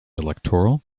electoral